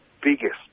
biggest